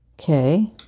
Okay